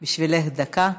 בשבילך, דקה.